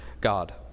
God